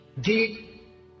deep